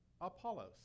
Apollos